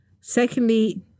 Secondly